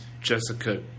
Jessica